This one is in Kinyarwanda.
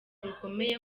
rukomeye